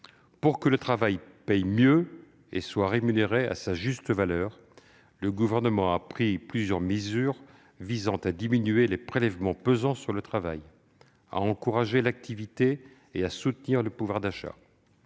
Pour que le travail paye mieux et soit rémunéré à sa juste valeur, le Gouvernement a pris plusieurs mesures visant à diminuer les prélèvements qui pèsent sur le travail, à encourager l'activité et à soutenir le pouvoir d'achat.